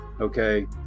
okay